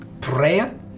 prayer